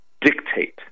dictate